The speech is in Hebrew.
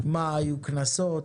מה היו הקנסות?,